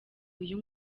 uyu